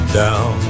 down